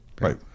Right